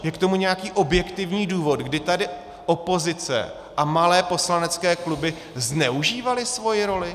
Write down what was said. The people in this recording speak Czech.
Je k tomu nějaký objektivní důvod, kdy tady opozice a malé poslanecké kluby zneužívaly svoji roli?